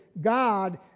God